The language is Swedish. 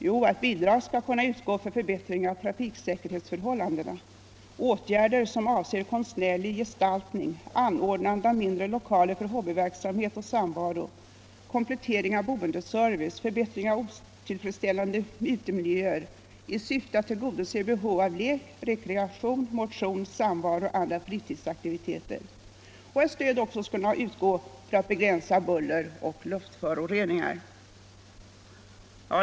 Jo, bidrag skall kunna utgå för förbättring av trafiksäkerhetsförhållandena, för åtgärder som avser konstnärlig gestaltning, anordnande av mindre lokaler för hobbyverksamhet och samvaro, komplettering av boendeservice, förbättring av otillfredsställande utemiljöer i syfte att tillgodose behov av lek, rekreation, motion, samvaro och andra fritidsaktiviteter. Stöd skulle också utgå för att begränsa buller och luftföroreningar.